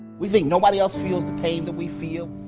we think nobody else feels the pain that we feel,